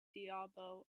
diabo